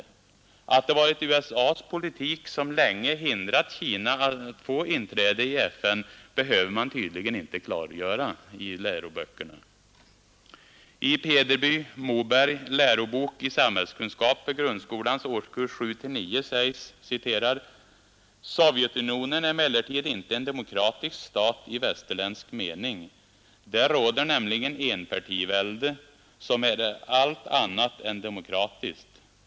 Att det varit USAs politik som länge hindrat Kina att få inträde i FN behöver man tydligen inte klargöra i läroböckerna. I Pederby Mobergs lärobok i samhällskunskap för grundskolans ärskurser 7-9 säges: ”Sovjetunionen är emellertid inte en demokratisk stat i västerländsk mening. Där råder nämligen enpartivälde som är allt annat än demokratiskt.